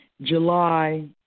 July